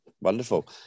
Wonderful